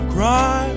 Cry